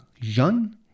Jean